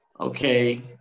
okay